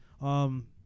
Um-